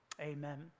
amen